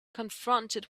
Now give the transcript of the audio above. confronted